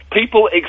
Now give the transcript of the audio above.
People